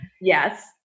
Yes